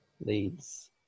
leads